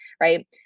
Right